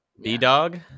B-Dog